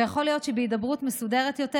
ויכול להיות שבהידברות מסודרת יותר